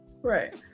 right